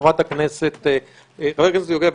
חברת הכנסת לשעבר.